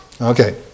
Okay